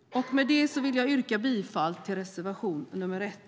Jag yrkar bifall till reservation 1.